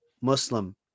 Muslim